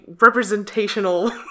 representational